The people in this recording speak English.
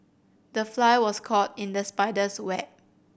the fly was caught in the spider's web